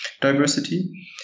diversity